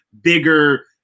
bigger